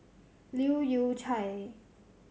Leu Yew Chye